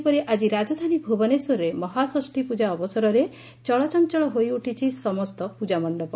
ସେହିପରି ଆଜି ରାଜଧାନୀ ଭୁବନେଶ୍ୱରରେ ମହାଷଷୀ ପ୍ରଜା ଅବସରରେ ଚଳଚଞଳ ହୋଇଉଠିଛି ସମସ୍ତ ପୂଜାମଣ୍ଡପ